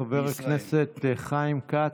חבר הכנסת חיים כץ,